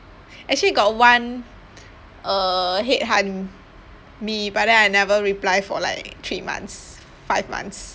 actually got one uh headhunt me but then I never reply for like three months five months